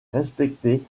respectée